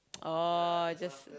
oh just